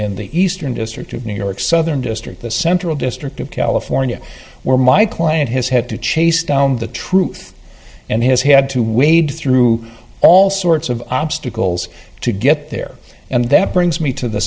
in the eastern district of new york southern district the central district of california where my client has had to chase down the truth and has had to wade through all sorts of obstacles to get there and that brings me to the